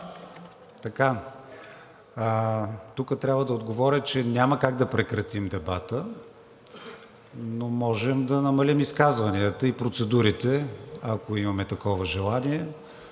Тук трябва да отговоря, че няма как да прекратим дебата, но можем да намалим изказванията и процедурите, ако имаме такова желание.